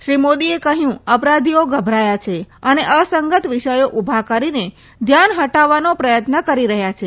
શ્રી મોદીએ કહ્યું અપરાધીઓ ગભરાયા છે અને અસંગત વિષથો ઉભા કરીને ધ્યાન હટાવવાનો પ્રયત્ન કરી રહયાં છે